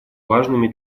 важными